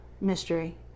mystery